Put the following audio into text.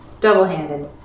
double-handed